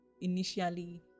initially